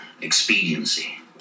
Expediency